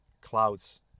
clouds